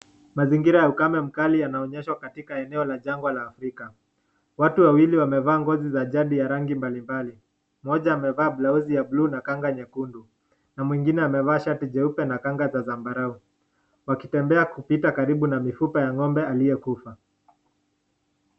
Mazingira ya ukame mkali yanaonyeshwa katika eneo la janga ya afrika, watu wawili wamevaa ngozi za jadi ya rangi mbalimbali, mmoja amevaa blausi ya buluu na kanga nyekundu. Na mwingine amevaa shati jeupe na kanga za zambarau, wakitembea kupita karibu na mifupa ya ng'ombe aliyekufa.